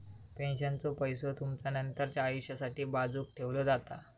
पेन्शनचो पैसो तुमचा नंतरच्या आयुष्यासाठी बाजूक ठेवलो जाता